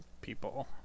people